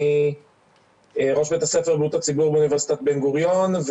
אני ראש בית הספר לבריאות הציבור באוניברסיטת בן גוריון,